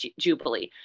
Jubilee